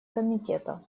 комитета